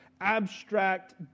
abstract